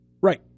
Right